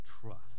trust